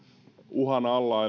uhan alla